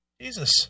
Jesus